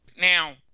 Now